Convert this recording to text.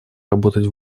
работать